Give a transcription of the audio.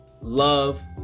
love